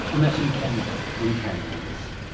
and that's in canberra? in canberra, yes.